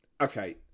Okay